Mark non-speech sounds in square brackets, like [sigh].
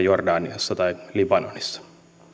[unintelligible] jordaniassa tai libanonissa